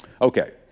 Okay